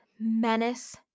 menace